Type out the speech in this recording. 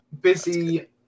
Busy